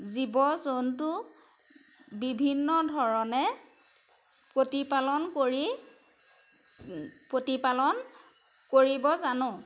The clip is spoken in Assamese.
জীৱ জন্তু বিভিন্ন ধৰণে প্ৰতিপালন কৰি প্ৰতিপালন কৰিব জানো